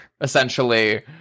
essentially